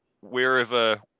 wherever